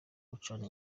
gucana